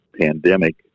pandemic